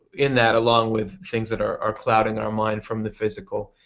in that along with things that are including our mind from the physical.